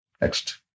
Next